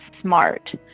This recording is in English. smart